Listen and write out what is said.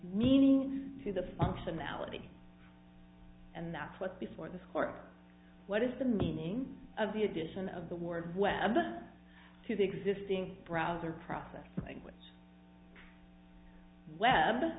meaning to the functionality and that's what's before this court what is the meaning of the addition of the word web to the existing browser process